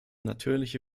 natürliche